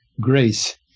grace